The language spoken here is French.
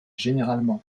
généralement